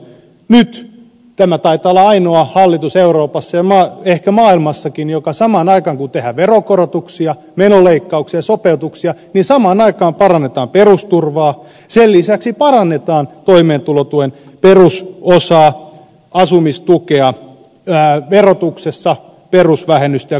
nyt tämä taitaa olla ainoa hallitus euroopassa ja ehkä maailmassakin joka samaan aikaan kun tehdään veronkorotuksia menoleikkauksia sopeutuksia parantaa perusturvaa ja sen lisäksi parannetaan toimeentulotuen perusosaa asumistukea verotuksessa perusvähennystä jo ka auttaa pienituloisia